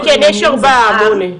כן, יש ארבעה אמרו לי.